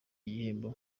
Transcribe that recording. igihembo